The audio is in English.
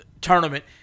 tournament